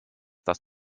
dass